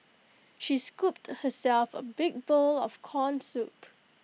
she scooped herself A big bowl of Corn Soup